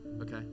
okay